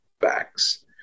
facts